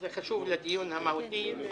זה חשוב לדיון המהותי: